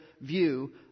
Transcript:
view